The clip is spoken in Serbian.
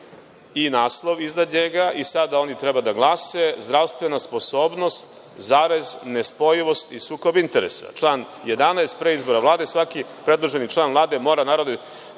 i naslov iznad njega, i sada oni treba da glase – Zdravstvena sposobnost zarez, nespojivost i sukob interesa; član 11. pre izbora Vlade, svaki predloženi član Vlade mora Narodnoj